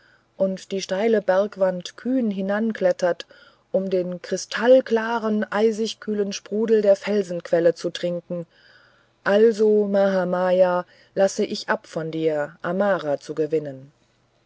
und die steile bergwand kühn hinanklettert um den kristallklaren eisigkühlen sprudel der felsenquelle zu trinken also mahamaya lasse ich ab von dir amara zu gewinnen